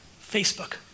Facebook